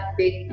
big